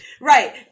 Right